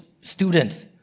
students